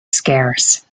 scarce